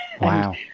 wow